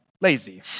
lazy